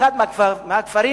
באחד מהכפרים